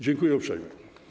Dziękuję uprzejmie.